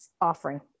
offering